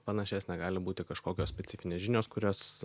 panašesnė gali būti kažkokios specifinės žinios kurios